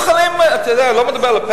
אתה יודע אני לא מדבר על,